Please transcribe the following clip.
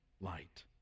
light